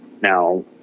Now